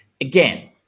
Again